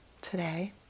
today